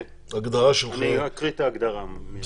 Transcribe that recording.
כן, אני אקריא את ההגדרה.